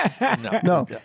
No